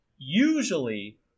usually